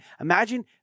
Imagine